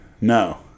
No